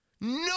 no